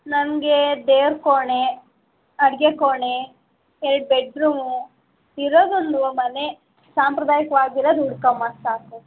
ನನಗೆ ದೇವರ ಕೋಣೆ ಅಡುಗೆ ಕೋಣೆ ಎರಡು ಬೆಡ್ರೂಮ್ ಇರೋದೊಂದು ಮನೆ ಸಾಂಪ್ರದಾಯಿಕವಾಗಿರೋದು ಹುಡುಕಮ್ಮ ಸಾಕು